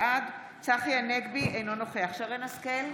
בעד צחי הנגבי, אינו נוכח שרן מרים השכל,